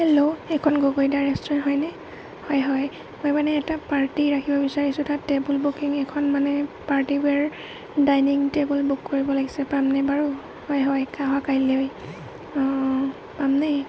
hello এইখন গগৈদা restaurant হয়নে হয় হয় মই মানে এটা পাৰ্টি ৰাখিব বিচাৰিছোঁ তাত টেবুল বুকিং এখন মানে পাৰ্টি ৱেৰ ডাইনিং টেবুল বুক কৰিব লাগিছে পামনে বাৰু হয় হয় অহা কাইলৈ অঁ পামনে